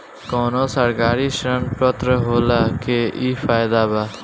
कवनो सरकारी ऋण पत्र होखला के इ फायदा बा